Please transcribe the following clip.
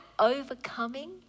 Overcoming